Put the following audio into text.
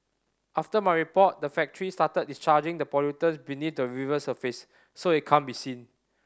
after my report the factory started discharging the pollutant beneath the river surface so it can't be seen